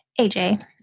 AJ